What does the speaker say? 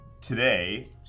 Today